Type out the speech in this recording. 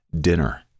Dinner